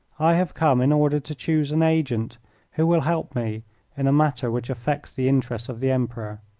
i have come in order to choose an agent who will help me in a matter which affects the interests of the emperor.